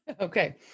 okay